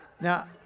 Now